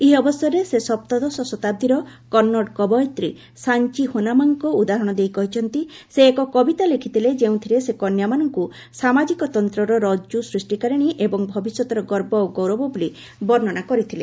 ଏହି ଅବସରରେ ସେ ସପ୍ତଦଶ ଶତାବ୍ଦୀର କନ୍ନଡ଼ କବୟିତ୍ରୀ ସାଞ୍ଚ ହୋନ୍ନାମ୍ମାଙ୍କ ଉଦାହରଣ ଦେଇ କହିଛନ୍ତି ସେ ଏକ କବିତା ଲେଖିଥିଲେ ଯେଉଁଥିରେ ସେ କନ୍ୟାମାନଙ୍କୁ ସାମାଜିକ ତନ୍ତ୍ରର ରଜୁ ସୃଷ୍ଟିକାରିଣୀ ଏବଂ ଭବିଷ୍ୟତର ଗର୍ବ ଓ ଗୌରବ ବୋଲି ବର୍ଶ୍ଣନା କରିଥିଲେ